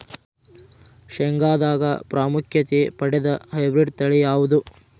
ಶೇಂಗಾದಾಗ ಪ್ರಾಮುಖ್ಯತೆ ಪಡೆದ ಹೈಬ್ರಿಡ್ ತಳಿ ಯಾವುದು?